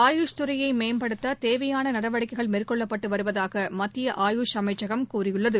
ஆபூஷ் துறையை மேம்படுத்த தேவையான நடவடிக்கைகள் மேற்கொள்ளப்பட்டு வருவதாக மத்திய ஆயூஷ் அமைச்சகம் கூறியுள்ளது